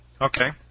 Okay